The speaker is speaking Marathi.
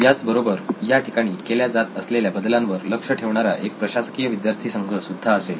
याच बरोबर या ठिकाणी केल्या जात असलेल्या बदलांवर लक्ष ठेवणारा एक प्रशासकीय विद्यार्थी संघ सुद्धा असेल